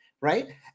right